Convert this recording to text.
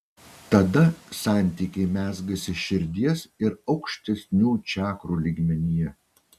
tada santykiai mezgasi širdies ir aukštesnių čakrų lygmenyje